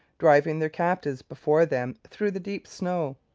driving their captives before them through the deep snow.